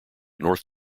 north